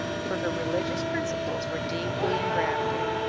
for her religious principles were deeply ingrafted,